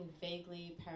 vaguely